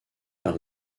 par